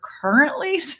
currently